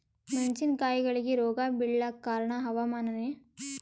ಮೆಣಸಿನ ಕಾಯಿಗಳಿಗಿ ರೋಗ ಬಿಳಲಾಕ ಕಾರಣ ಹವಾಮಾನನೇ?